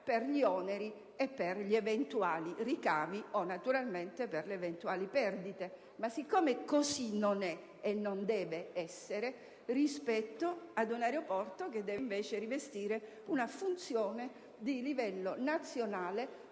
per gli oneri, gli eventuali ricavi o, naturalmente, le eventuali perdite. Così non è e non deve essere rispetto ad un aeroporto che deve rivestire una funzione di livello nazionale